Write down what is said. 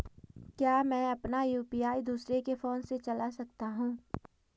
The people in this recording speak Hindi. क्या मैं अपना यु.पी.आई दूसरे के फोन से चला सकता हूँ?